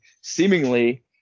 seemingly